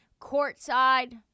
Courtside